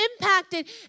impacted